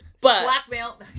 Blackmail